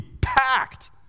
packed